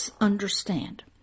understand